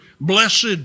Blessed